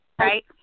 Right